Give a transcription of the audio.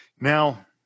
Now